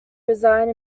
resign